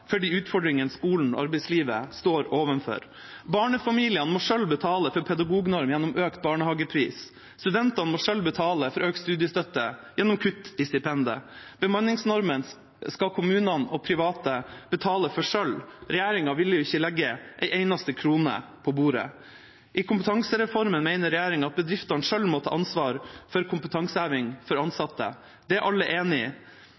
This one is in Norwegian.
utfordringene skolen og arbeidslivet står overfor. Barnefamiliene må selv betale for pedagognormen gjennom økt barnehagepris. Studentene må selv betale for økt studiestøtte gjennom kutt i stipendet. Bemanningsnormen skal kommunene og private betale for selv. Regjeringa ville ikke legge en eneste krone på bordet. I kompetansereformen mener regjeringa at bedriftene selv må ta ansvar for kompetanseheving av ansatte. Det er alle enig i,